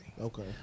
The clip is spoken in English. Okay